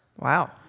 Wow